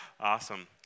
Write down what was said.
Awesome